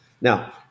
Now